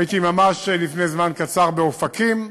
הייתי ממש לפני זמן קצר באופקים,